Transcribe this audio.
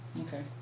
Okay